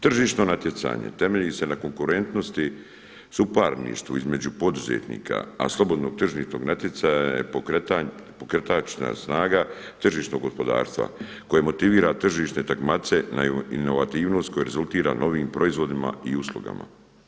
Tržišno natjecanje temelji se na konkurentnosti suparništvu između poduzetnika a slobodnog tržišnog natjecanja je pokretačka snaga tržišnog gospodarstva koje motivira tržište … inovativnost koja rezultira novim proizvodima i uslugama.